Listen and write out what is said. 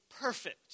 perfect